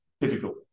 difficult